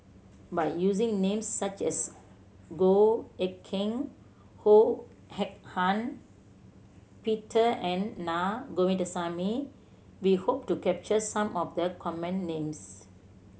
by using names such as Goh Eck Kheng Ho Hak Ean Peter and Naa Govindasamy we hope to capture some of the common names